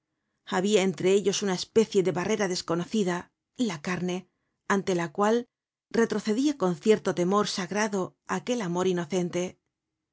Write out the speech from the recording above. había entre ellos una especie de barrera desconocida la carne ante la cual retrocedia con cierto temor sagrado aquel amor inocente